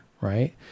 right